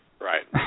Right